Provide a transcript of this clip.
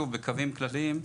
שוב בקווים כלליים,